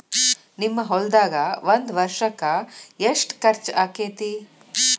ನಿಮ್ಮ ಹೊಲ್ದಾಗ ಒಂದ್ ವರ್ಷಕ್ಕ ಎಷ್ಟ ಖರ್ಚ್ ಆಕ್ಕೆತಿ?